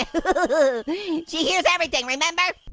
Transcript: but but she hears everything, remember?